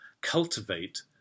cultivate